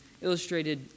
illustrated